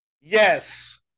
Yes